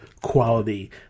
quality